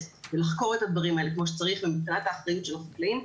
לחקור את הדברים האלה כמו שצריך ומבחינת האחריות של החקלאים,